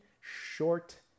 short